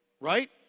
right